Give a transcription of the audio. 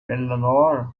eleanor